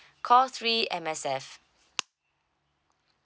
call three M_S_F